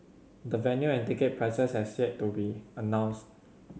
the venue and ticket prices has yet to be announced